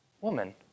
Woman